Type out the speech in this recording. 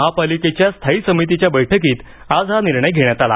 महापालिकेच्या स्थायी समितीच्या बैठकीत आज हा निर्णय घेण्यात आला